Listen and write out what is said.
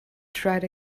tried